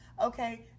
okay